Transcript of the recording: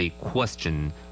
question